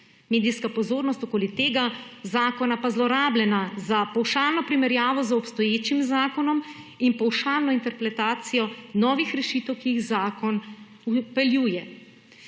medijska pozornost okoli tega zakona pa zlorabljena za pavšalno primerjavo z obstoječim zakonom in pavšalno interpretacijo novih rešitev, ki jih zakon vpeljuje.